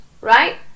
right